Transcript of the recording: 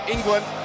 England